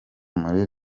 muri